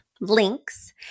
links